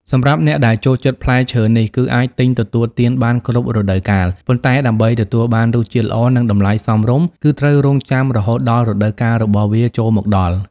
សម្រាប់អ្នកដែលចូលចិត្តផ្លែឈើនេះ គឺអាចទិញទទួលទានបានគ្រប់រដូវកាល ប៉ុន្តែដើម្បីទទួលបានរសជាតិល្អ និងតម្លៃសមរម្យ គឺត្រូវរង់ចាំរហូតដល់រដូវកាលរបស់វាចូលមកដល់។